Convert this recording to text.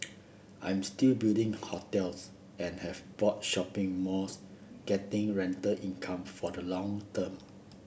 I'm still building hotels and have bought shopping malls getting rental income for the long term